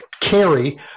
carry